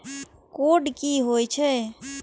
Code की होय छै?